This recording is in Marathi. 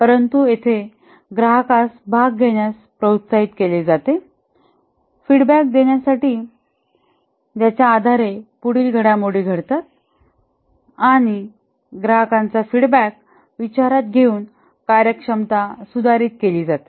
परंतु येथे ग्राहकास भाग घेण्यास प्रोत्साहित केले जाते फीडबॅक देण्यासाठी ज्याच्या आधारे पुढील घडामोडी घडतात आणि ग्राहकांचा फीडबॅक विचारात घेऊन कार्यक्षमता सुधारित केली जाते